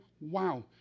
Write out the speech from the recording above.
wow